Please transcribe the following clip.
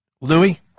Louis